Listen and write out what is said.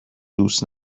دوست